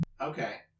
okay